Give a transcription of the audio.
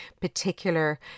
particular